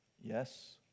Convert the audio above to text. Yes